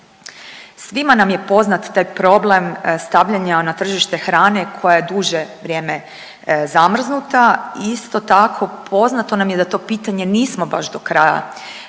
Svima nam je poznat taj problem stavljanja na tržište hrane koja je duže vrijeme zamrznuta. Isto tako poznato nam je da to pitanje nismo baš do kraja